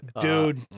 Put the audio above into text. Dude